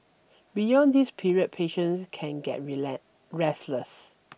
beyond this period patients can get restless